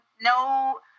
no